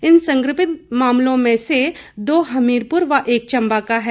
इन संक्रमित मामलों में से दो हमीरपुर व एक चंबा का है